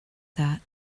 that